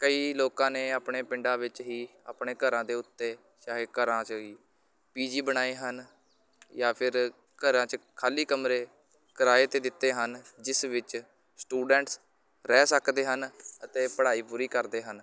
ਕਈ ਲੋਕਾਂ ਨੇ ਆਪਣੇ ਪਿੰਡਾਂ ਵਿੱਚ ਹੀ ਆਪਣੇ ਘਰਾਂ ਦੇ ਉੱਤੇ ਚਾਹੇ ਘਰਾਂ 'ਚ ਹੀ ਪੀਜੀ ਬਣਾਏ ਹਨ ਜਾਂ ਫਿਰ ਘਰਾਂ 'ਚ ਖਾਲੀ ਕਮਰੇ ਕਿਰਾਏ 'ਤੇ ਦਿੱਤੇ ਹਨ ਜਿਸ ਵਿੱਚ ਸਟੂਡੈਂਟਸ ਰਹਿ ਸਕਦੇ ਹਨ ਅਤੇ ਪੜ੍ਹਾਈ ਪੂਰੀ ਕਰਦੇ ਹਨ